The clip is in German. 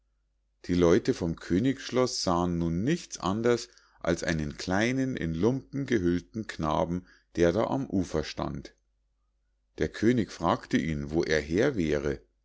die leute vom königsschloß sahen nun nichts anders als einen kleinen in lumpen gehüllten knaben der da am ufer stand der könig fragte ihn wo er her wäre